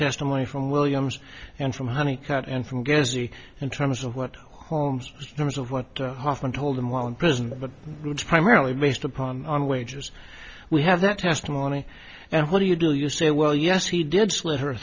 testimony from williams and from honey cut and from gezi in terms of what holmes terms of what hoffman told him while in prison but primarily based upon on wages we have that testimony and what do you do you say well yes he did slit her